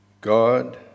God